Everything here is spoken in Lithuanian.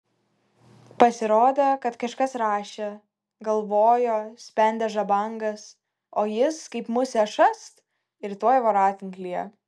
pasirodė kad kažkas rašė galvojo spendė žabangas o jis kaip musė šast ir tuoj voratinklyje